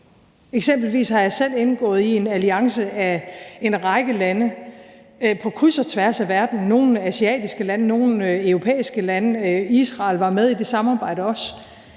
F.eks. indgik jeg selv i en alliance af en række lande på kryds og tværs af verden, nogle asiatiske lande, nogle europæiske lande, og Israel var også med i det samarbejde.